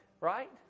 Right